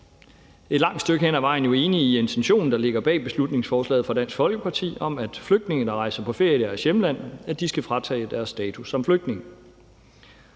et langt stykke hen ad vejen enig i intentionen, der ligger bag beslutningsforslaget fra Dansk Folkepartis side, om, at flygtninge, der rejser på ferie i deres hjemland, skal fratages deres status som flygtning.